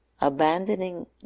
abandoning